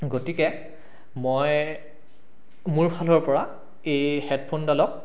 গতিকে মই মোৰফালৰ পৰা এই হেডফোনডালক